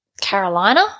Carolina